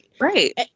Right